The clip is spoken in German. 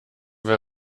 wer